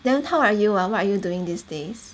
then how are you what are you doing these days